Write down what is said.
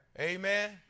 Amen